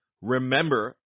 Remember